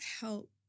help